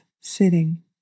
sitting